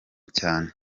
cyane